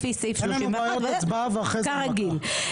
לפי סעיף 31 ו --- כרגיל.